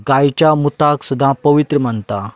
गायच्या मुताक सुद्दां पवित्र मानतात